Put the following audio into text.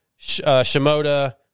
Shimoda